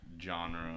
genre